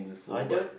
I don't